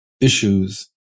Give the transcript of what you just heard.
issues